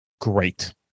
great